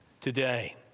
today